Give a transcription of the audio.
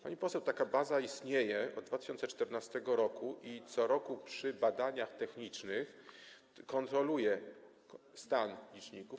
Pani poseł, taka baza istnieje od 2014 r. i co roku przy badaniach technicznych kontroluje stan liczników.